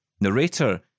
Narrator